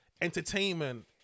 entertainment